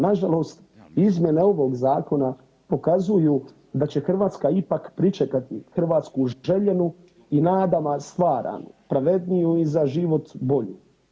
Nažalost izmjene ovog zakona pokazuju da će Hrvatska ipak pričekati Hrvatsku željenu i nadama stvaranu, pravedniju i za život bolju.